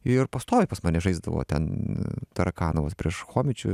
ir pastoviai pas mane žaisdavo ten tarakanovas prieš chomičių